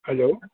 hello